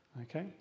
Okay